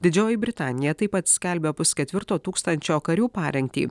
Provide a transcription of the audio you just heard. didžioji britanija taip pat skelbia pusketvirto tūkstančio karių parengtį